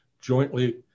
jointly